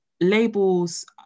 labels